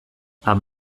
han